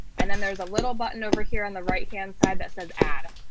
and then there's a little button over here on the right hand side that says add